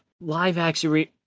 live-action